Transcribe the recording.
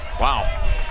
Wow